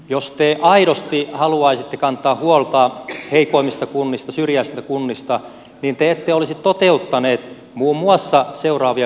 jos te aidosti haluaisitte kantaa huolta heikoimmista kunnista syrjäisistä kunnista niin te ette olisi toteuttaneet muun muassa seuraavia päätöksiä